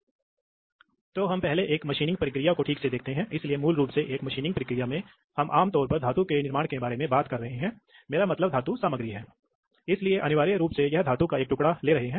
प्रवाह वाल्व तुलनात्मक गुणों और न्यूमेटिक और हाइड्रोलिक प्रणालियों के अवगुणों का उल्लेख करते हैं और कुछ नियंत्रण अनुप्रयोगों से भी परिचित होते हैं